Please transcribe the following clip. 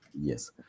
yes